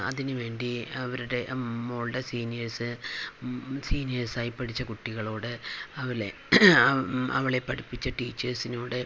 അതിനു വേണ്ടി അവരുടെ മകളുടെ സീനിയേർസ് സീനിയർസായി പഠിച്ച കുട്ടികളോട് അവളെ അവളെ പഠിപ്പിച്ച ടീച്ചേഴ്സിനോട്